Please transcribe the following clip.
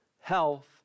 health